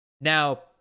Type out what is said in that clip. Now